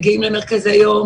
מגיעים למרכזי יום,